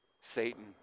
Satan